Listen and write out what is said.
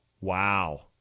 Wow